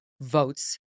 votes